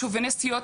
שוביניסטיות,